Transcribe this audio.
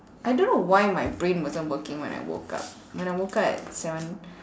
I don't know why my brain wasn't working when I woke up when I woke up at seven